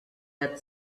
had